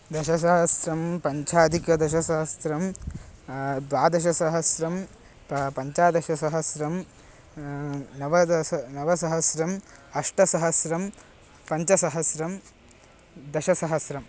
दशसहस्रं पञ्चाधिकदशसहस्रं द्वादशसहस्रं पञ्चदशसहस्रं नवदश नवसहस्रम् अष्टसहस्रं पञ्चसहस्रं दशसहस्रम्